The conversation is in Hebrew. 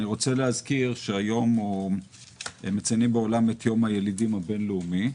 אני רוצה להזכיר שהיום מציינים בעולם את יום הילידים הבין-לאומי,